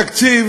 התקציב